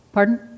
Pardon